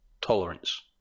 Tolerance